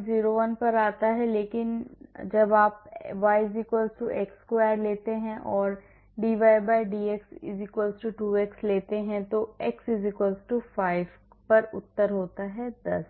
तो यह 1001 पर आता है लेकिन जब आप y x square लेते हैं और dydx 2x तो x 5 पर उत्तर 10 होगा